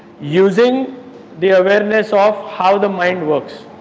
using the awareness of how the mind works.